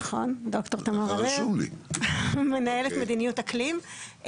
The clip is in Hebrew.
נכון, ד"ר תמרה לב, מנהלת מדיניות אקלים.